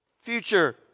Future